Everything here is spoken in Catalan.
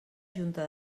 junta